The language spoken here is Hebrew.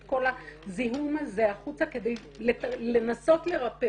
את כל הזיהום הזה החוצה כדי לנסות לרפא